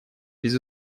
без